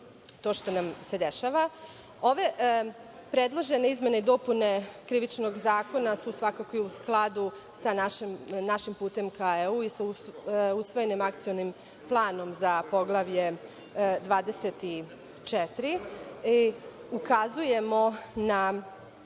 to što nam se dešava. Ove predložene izmene i dopune Krivičnog zakona su svakako i u skladu sa našem putem ka EU i sa usvojenim Akcionim planom za Poglavlje 24. Ukazujemo na